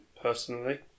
personally